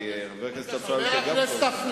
כי חבר הכנסת אפללו,